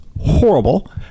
horrible